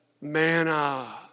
manna